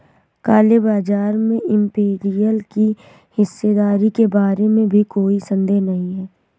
काले बाजार में इंपीरियल की हिस्सेदारी के बारे में भी कोई संदेह नहीं है